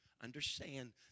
Understand